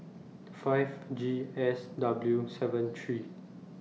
five G S W seven three